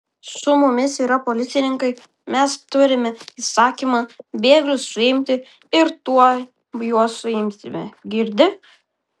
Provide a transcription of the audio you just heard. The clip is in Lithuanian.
su mumis yra policininkai mes turime įsakymą bėglius suimti ir tuoj juos suimsime girdi